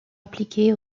appliqué